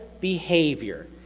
behavior